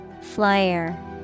Flyer